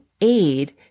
aid